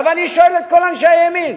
עכשיו אני שואל את כל אנשי הימין,